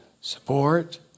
Support